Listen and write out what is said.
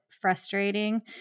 frustrating